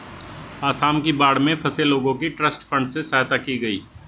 आसाम की बाढ़ में फंसे लोगों की ट्रस्ट फंड से सहायता की गई